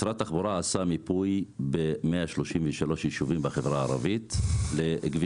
משרד התחבורה עשה מיפוי ב-133 יישובים בחברה הערבית לכבישים,